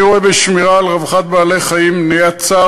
אני רואה בשמירה על רווחת בעלי-חיים ומניעת צער